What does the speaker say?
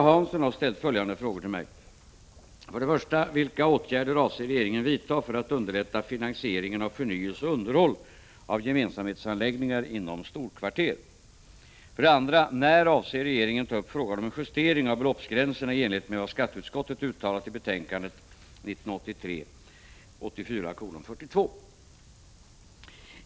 Herr talman! Agne Hansson har ställt följande frågor till mig: 2. När avser regeringen ta upp frågan om en justering av beloppsgränserna i enlighet med vad skatteutskottet uttalat i betänkandet SkU 1983/84:42?